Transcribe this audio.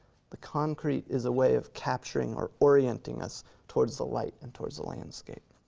the concrete is a way of capturing or orienting us towards the light and towards the landscape.